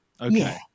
Okay